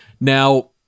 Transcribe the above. Now